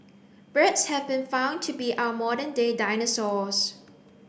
birds have been found to be our modern day dinosaurs